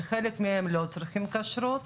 שחלק מהם לא צריכים כשרות,